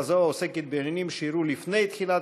כזו העוסקת בעניינים שאירעו לפני תחילת